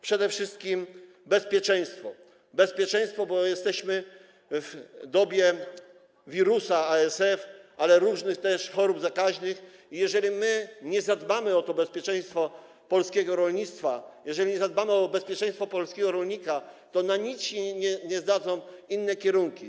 Przede wszystkim bezpieczeństwo, bezpieczeństwo, bo jesteśmy w dobie wirusa ASF, ale też różnych chorób zakaźnych i jeżeli my nie zadbamy o to bezpieczeństwo polskiego rolnictwa, jeżeli nie zadbamy o bezpieczeństwo polskiego rolnika, to na nic się zdadzą inne kierunki.